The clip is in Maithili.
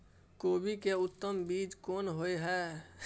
कोबी के उत्तम बीज कोन होय है?